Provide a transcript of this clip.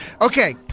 Okay